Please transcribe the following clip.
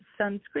sunscreen